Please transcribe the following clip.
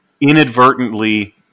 inadvertently